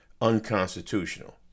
unconstitutional